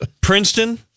Princeton